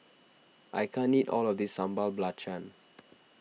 I can't eat all of this Sambal Belacan